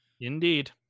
Indeed